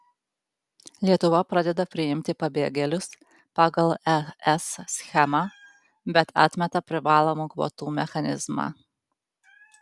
lietuva pradeda priimti pabėgėlius pagal es schemą bet atmeta privalomų kvotų mechanizmą